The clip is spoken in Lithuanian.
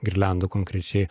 girliandų konkrečiai